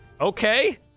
Okay